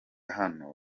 hano